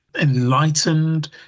enlightened